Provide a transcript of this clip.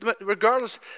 Regardless